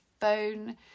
phone